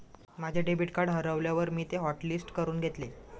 माझे debit card हरवल्यावर मी ते हॉटलिस्ट करून घेतले